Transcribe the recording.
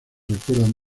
recuerdan